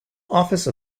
office